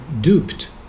duped